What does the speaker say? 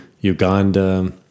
Uganda